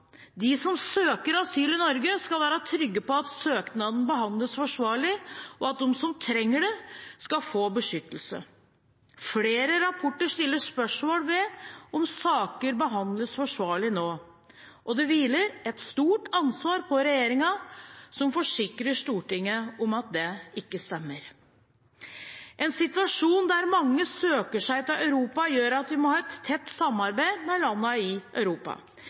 De som søker asyl i Norge, skal være trygge på at søknaden behandles forsvarlig, og at de som trenger det, skal få beskyttelse. Flere rapporter stiller spørsmål ved om sakene behandles forsvarlig nå, og det hviler et stort ansvar på regjeringen, som forsikrer Stortinget om at de blir det. En situasjon der mange søker seg til Europa, gjør at vi må ha et tett samarbeid med landene i Europa.